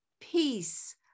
peace